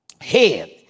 head